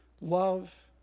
Love